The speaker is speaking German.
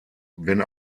wenn